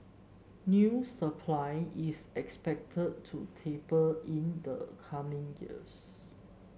new supply is expected to taper in the coming years